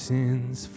Sins